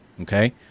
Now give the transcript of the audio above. Okay